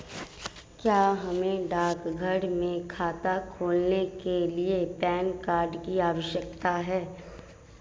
क्या हमें डाकघर में खाता खोलने के लिए पैन कार्ड की आवश्यकता है?